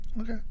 Okay